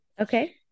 Okay